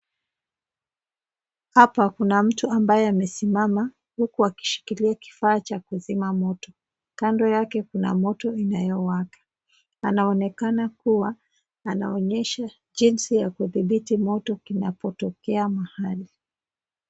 Hapa Kuna mtu ambaye amesimama huku akishikilia kifaa cha kuzima moto . Kando yake kuna moto inayowaka. Anaonekana kuwa anaonyesha jinsi ya kudhibiti moto inapotokea mahali .